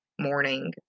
morning